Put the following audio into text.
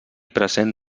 present